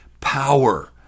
power